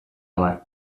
abar